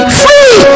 free